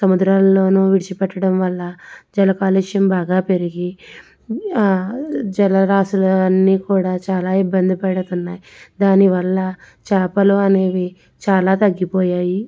సముద్రాలలోను విడిచి పెట్టడం వల్ల జల కాలుష్యం బాగా పెరిగి జల రాశులు అన్ని కూడా చాలా ఇబ్బంది పడుతున్నాయి దానివల్ల చేపలు అనేవి చాలా తగ్గిపోయాయి